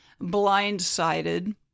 blindsided